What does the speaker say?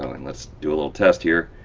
go. and let's do a little test here.